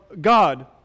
God